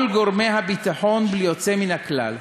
כל גורמי הביטחון, בלי יוצא מן הכלל,